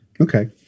okay